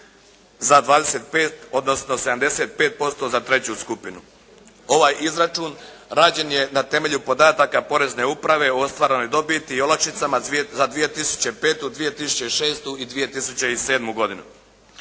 za 25% odnosno 75% za treću skupinu. Ovaj izračun rađen je na temelju podataka porezne uprave o ostvarenoj dobiti i olakšicama za 2005., 2006. i 2007. godinu.